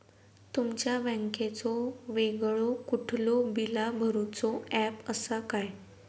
तुमच्या बँकेचो वेगळो कुठलो बिला भरूचो ऍप असा काय?